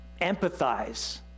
empathize